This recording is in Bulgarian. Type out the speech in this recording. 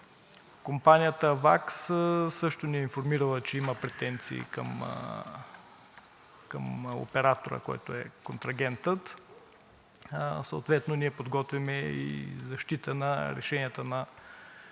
Компанията „Авакс“ също ни е информирала, че има претенции към оператора, който е контрагентът – съответно ние подготвяме и защита на решенията на